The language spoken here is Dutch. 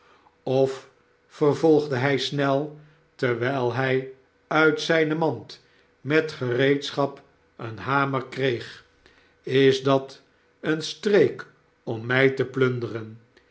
of vervolgde hij snel terwijl hij uit zijne mand met gereedschap een hamer kreeg is dat een streek om mij te plunderen